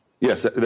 Yes